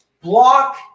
block